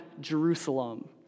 Jerusalem